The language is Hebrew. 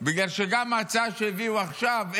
בגלל שגם ההצעה שהביאו עכשיו,